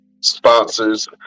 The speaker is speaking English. sponsors